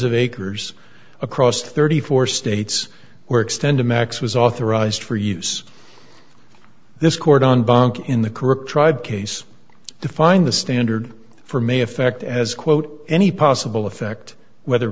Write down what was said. of acres across thirty four states where extended max was authorized for use this court on in the correct tried case define the standard for may affect as quote any possible effect whether